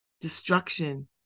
destruction